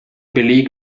beleg